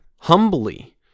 humbly